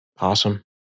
Awesome